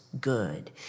good